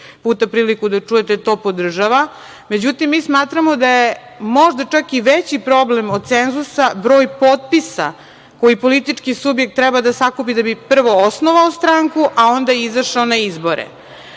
puta priliku da čujete, to podržava. Međutim, mi smatramo da je možda čak i veći problem od cenzusa broj potpisa koji politički subjekt treba da sakupi da bi prvo osnovao stranku, a onda izašao na izbore.